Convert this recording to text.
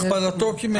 הכפלתו כמעט.